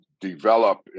develop